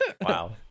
Wow